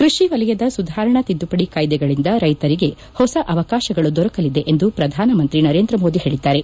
ಕೃಷಿ ವಲಯದ ಸುಧಾರಣಾ ತಿದ್ದುಪಡಿ ಕಾಯ್ದೆಗಳಿಂದ ರೈತರಿಗೆ ಹೊಸ ಅವಕಾಶಗಳು ದೊರಕಲಿದೆ ಎಂದು ಪ್ರಧಾನಮಂತ್ರಿ ನರೇಂದ್ರಮೋದಿ ಹೇಳದ್ದಾರೆ